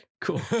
cool